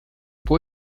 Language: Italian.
può